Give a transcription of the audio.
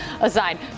aside